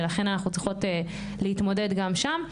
ולכן אנחנו צריכות להתמודד גם שם.